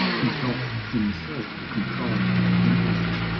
he doth himself contrive, enact,